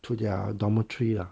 to their dormitory lah